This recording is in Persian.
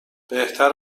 بهتر